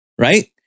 Right